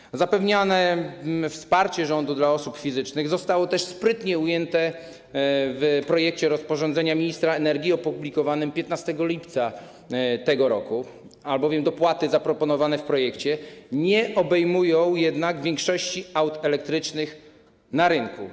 Kwestia zapewnienia wsparcia rządu dla osób fizycznych została też sprytnie ujęta w projekcie rozporządzenia ministra energii opublikowanym 15 lipca tego roku, albowiem dopłaty zaproponowane w nim nie obejmują jednak większości aut elektrycznych na rynku.